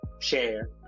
share